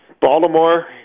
Baltimore